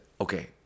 okay